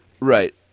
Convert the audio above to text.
Right